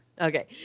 Okay